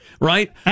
right